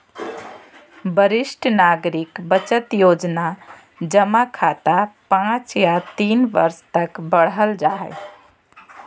वरिष्ठ नागरिक बचत योजना जमा खाता पांच या तीन वर्ष तक बढ़ल जा हइ